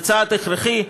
זה צעד הכרחי,